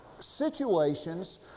situations